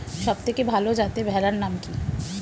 সবথেকে ভালো যাতে ভেড়ার নাম কি?